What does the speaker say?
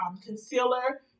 concealer